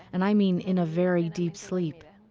and i mean in a very deep sleep.